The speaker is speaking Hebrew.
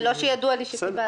לא שידוע לי שקיבלנו.